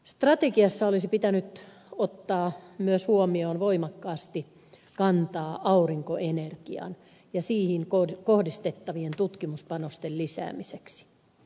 strategiassa olisi pitänyt ottaa myös voimakkaasti kantaa aurinkoenergiaan ja siihen kohdistettavien tutkimuspanosten lisäämiseksi